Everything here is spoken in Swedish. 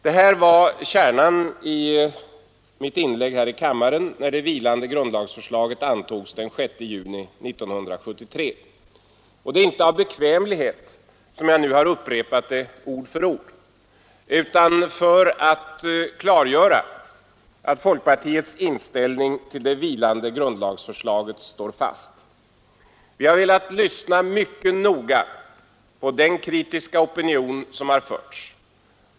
Detta var kärnan i mitt inlägg här i kammaren innan det nu vilande grundlagsförslaget antogs den 6 juni 1973. Det är inte av bekvämlighet som jag nu har upprepat det nästan ord för ord, utan för att klargöra att folkpartiets inställning till det vilande grundlagsförslaget står fast. Vi har mycket noga lyssnat på den kritik som har förts fram.